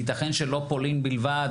יתכן שלא פולין בלבד,